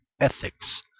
ethics